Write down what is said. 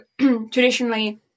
traditionally